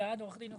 עורך דין,